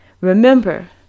Remember